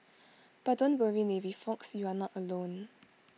but don't worry navy folks you're not alone